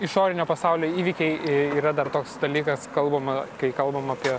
išorinio pasaulio įvykiai yra dar toks dalykas kalbama kai kalbam apie